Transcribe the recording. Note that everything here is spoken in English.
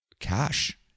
cash